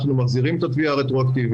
אנחנו מחזירים את התביעה הרטרואקטיבית,